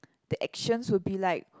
the actions would be like